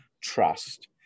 trust